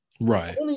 Right